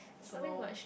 don't know